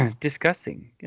discussing